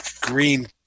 green